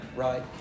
right